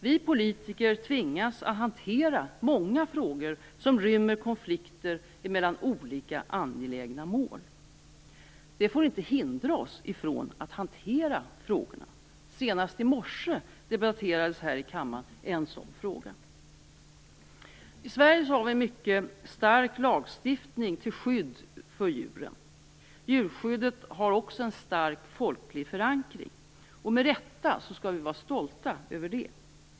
Vi politiker tvingas att hantera många frågor som rymmer konflikter mellan olika angelägna mål. Det får inte hindra oss ifrån att hantera frågorna. Senast i morse debatterades här i kammaren en sådan fråga. Sverige har en mycket stark lagstiftning till skydd för djuren. Djurskyddet har också en stark folklig förankring, och med rätta skall vi vara stolta över det.